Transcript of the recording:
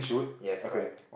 yes correct